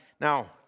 Now